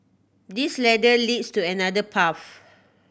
this ladder leads to another path